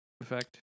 effect